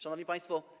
Szanowni Państwo!